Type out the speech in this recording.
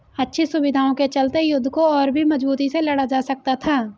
अच्छी सुविधाओं के चलते युद्ध को और भी मजबूती से लड़ा जा सकता था